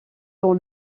dans